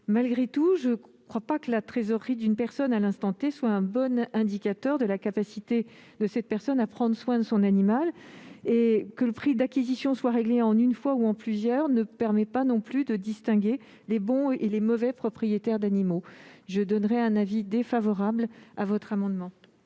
Cependant, je ne crois pas que le niveau de trésorerie d'une personne à un instant donné soit un bon indicateur de sa capacité à prendre soin de son animal. Que le prix d'acquisition soit réglé en une fois ou en plusieurs ne permet pas non plus de distinguer les bons et les mauvais propriétaires d'animaux. J'émets donc un avis défavorable sur votre amendement.